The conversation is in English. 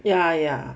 ya ya